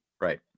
right